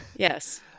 Yes